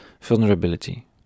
vulnerability